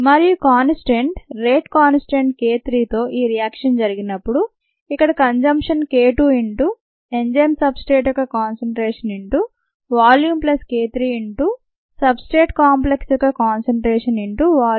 మరియు rate constant k 3తో ఈ రియాక్షన్ జరిపినప్పుడు ఇక్కడ consumption k 2 into enzyme substrate యొక్క concentration into volume plus k 3 into substrate complex యొక్క కాన్సన్ట్రేషన్ ఇన్టూ వాల్యూమ్ అవుతుంది